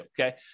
okay